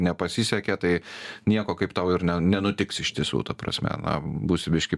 nepasisekė tai nieko kaip tau ir nenutiks iš tiesų ta prasme na būsi biškį